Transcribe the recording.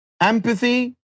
Empathy